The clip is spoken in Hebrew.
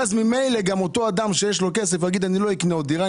אדם שיש לו כסף לא יקנה עוד דירה,